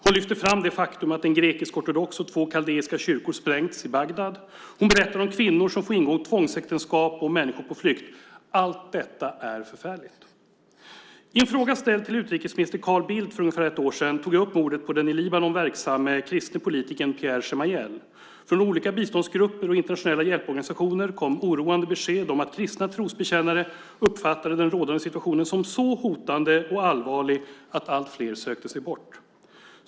Hon lyfter fram det faktum att en grekisk-ortodox och två kaldeiska kyrkor sprängts i Bagdad. Hon berättar om kvinnor som får ingå tvångsäktenskap och om människor på flykt. Allt detta är förfärligt. I en fråga ställd till utrikesminister Carl Bildt för ungefär ett år sedan tog jag upp mordet på den i Libanon verksamme kristne politikern Pierre Gemayel. Från olika biståndsgrupper och internationella hjälporganisationer kom oroande besked om att kristna trosbekännare uppfattade den rådande situationen som så hotande och allvarlig att allt fler sökte sig bort.